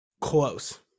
close